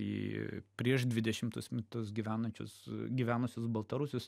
į prieš dvidešimtus metus gyvenančius gyvenusius baltarusius